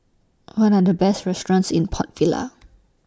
What Are The Best restaurants in Port Vila